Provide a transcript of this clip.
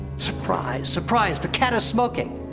surprise, surprise, the cat is smoking!